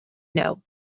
know